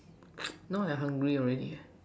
now I hungry already eh